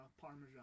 Parmesan